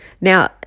Now